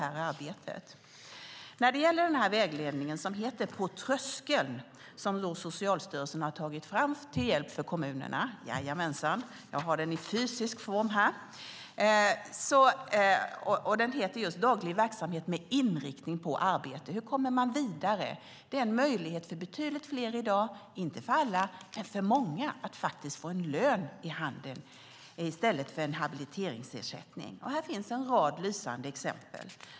Jag har vägledningen, som heter På tröskeln - Daglig verksamhet med inriktning på arbete och som Socialstyrelsen har tagit fram till hjälp för kommunerna, här i fysisk form. I titeln står alltså: daglig verksamhet med inriktning på arbete. Hur kommer man vidare? Det är en möjlighet för betydligt fler i dag - inte för alla, men för många - att få en lön i handen i stället för en habiliteringsersättning. Här finns en rad lysande exempel.